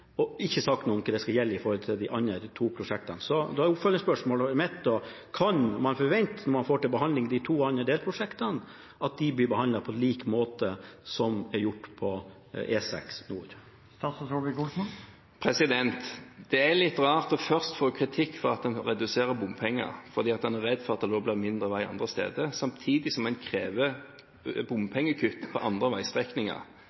og ikke sagt noe om dette skal gjelde for de andre to prosjektene. Da er oppfølgingsspørsmålet mitt: Kan man forvente når man får til behandling de to andre delprosjektene, at de blir behandlet på lik måte som er gjort for E6 Helgeland nord? Det er litt rart først å få kritikk for at en reduserer bompenger, fordi en er redd for at det blir mindre vei andre steder, samtidig som en krever